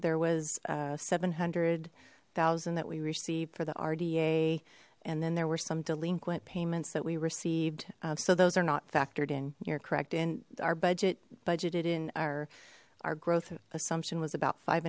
there was seven hundred thousand that we received for the rda and then there were some delinquent payments that we received so those are not factored in you're correct in our budget budgeted in our our growth assumption was about five